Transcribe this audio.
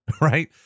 right